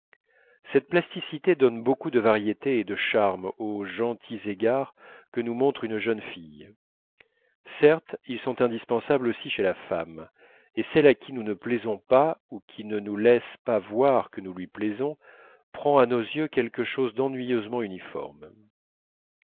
cette plasticité donne beaucoup de variété et de charme aux gentils égards que nous montre une jeune fille certes ils sont indispensables aussi chez la femme et celle à qui nous ne plaisons pas ou qui ne nous laisse pas voir que nous lui plaisons prend à nos yeux quelque chose d'ennuyeusement uniforme